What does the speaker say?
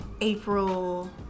April